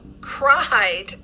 cried